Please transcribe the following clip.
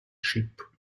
sheep